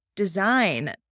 design